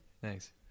thanks